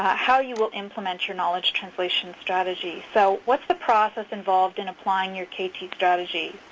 how you will implement your knowledge translation strategy. so what's the process involved in applying your kt strategy?